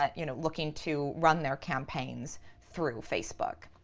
ah you know, looking to run their campaigns through facebook?